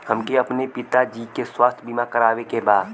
हमके अपने पिता जी के स्वास्थ्य बीमा करवावे के बा?